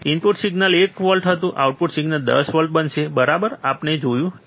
input signal 1 volt હતું output signal 10 volt બનશે બરાબર આ આપણે જોયું છે